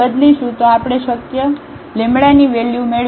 તો આપણે શક્ય ની વેલ્યુ મેળવીશું